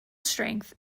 strength